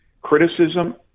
criticism